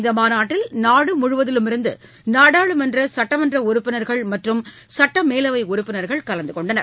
இந்த மாநாட்டில் நாடு முழுவதிலுமிருந்து நாடாளுமன்ற சட்டமன்ற உறுப்பினர்கள் மற்றும் சுட்டமேலவை உறுப்பினர்கள் கலந்து கொண்டனர்